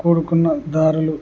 కూడుకున్న దారులు